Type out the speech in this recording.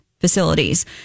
facilities